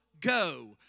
go